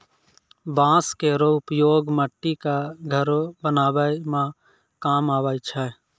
बांस केरो उपयोग मट्टी क घरो बनावै म काम आवै छै